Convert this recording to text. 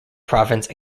province